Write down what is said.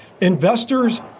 investors